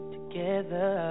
Together